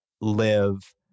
live